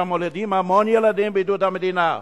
שמולידים הרבה ילדים בעידוד המדינה.